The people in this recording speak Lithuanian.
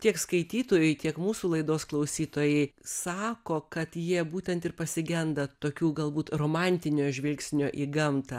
tiek skaitytojai tiek mūsų laidos klausytojai sako kad jie būtent ir pasigenda tokių galbūt romantinio žvilgsnio į gamtą